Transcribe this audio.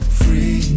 free